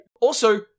Also-